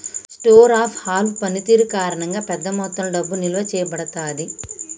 store of value పనితీరు కారణంగా, పెద్ద మొత్తంలో డబ్బు నిల్వ చేయబడతాది